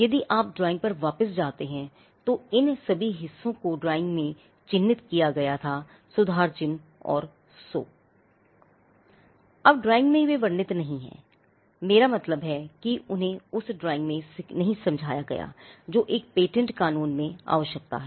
यदि आप ड्राइंग पर वापस जाते हैं तो इन सभी हिस्सों को ड्राइंग चिह्नित किया गया था सुधार चिह्न और 100 अब ड्राइंग में वे वर्णित नहीं हैं मेरा मतलब है कि उन्हें उस ड्राइंग में नहीं समझाया गया है जो पेटेंट कानून में एक आवश्यकता है